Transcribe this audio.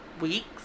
weeks